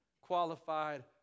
qualified